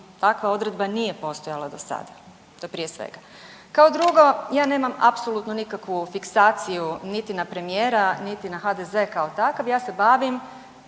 Takva odredba nije postojala do sada to je prije svega. Kao drugo ja nemam apsolutno nikakvu fiksaciju niti na premijera, niti na HDZ-e kao takav. Ja se bavim